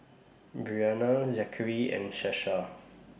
Briana Zackery and Sasha